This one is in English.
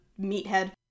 meathead